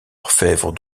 orfèvre